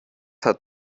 hat